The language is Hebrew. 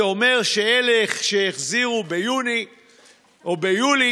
זה אומר שאלה שהחזירו ביוני או ביולי